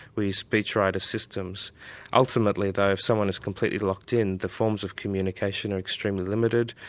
we use speechwriter systems ultimately though, if someone is completely locked in, the forms of communication are extremely limited.